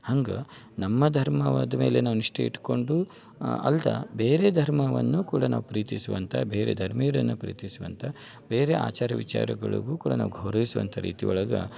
ಹಂಗೆ ನಮ್ಮ ಧರ್ಮವಾದ್ಮೇಲೆ ನಾವು ನಿಷ್ಠೆ ಇಟ್ಕೊಂಡು ಅಲ್ದಾ ಬೇರೆ ಧರ್ಮವನ್ನು ಕೂಡ ನಾವು ಪ್ರೀತಿಸುವಂಥ ಬೇರೆ ಧರ್ಮೀಯರನ್ನು ಪ್ರೀತಿಸುವಂಥ ಬೇರೆ ಆಚಾರ ವಿಚಾರಗಳಿಗೂ ಕೂಡ ನಾವು ಗೌರವಿಸುವಂಥ ರೀತಿ ಒಳಗೆ